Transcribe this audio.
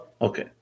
Okay